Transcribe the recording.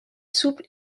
souple